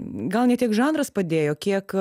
gal ne tiek žanras padėjo kiek